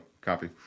copy